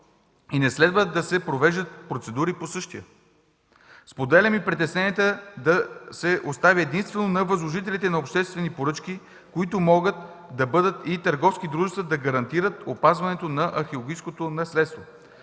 и не следва да се провеждат процедури по същия. Споделям и притесненията да се остави единствено на възложителите на обществени поръчки, които могат да бъдат и търговски дружества, да гарантират опазването на археологическото наследство.